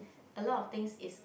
a lot of things is